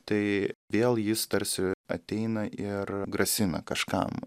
tai vėl jis tarsi ateina ir grasina kažkam